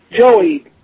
Joey